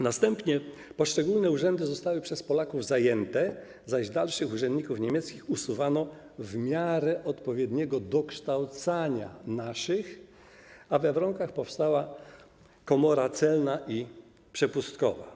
Następnie poszczególne urzędy zostały przez Polaków zajęte, zaś dalszych urzędników niemieckich usuwano w miarę odpowiedniego dokształcania naszych, a we Wronkach powstała komora celna i przepustkowa.